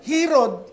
Herod